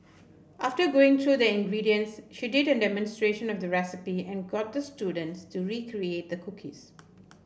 after going through the ingredients she did a demonstration of the recipe and got the students to recreate the cookies